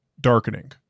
darkening